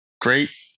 great